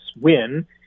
win